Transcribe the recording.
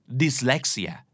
dyslexia